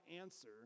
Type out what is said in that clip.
answer